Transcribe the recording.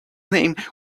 name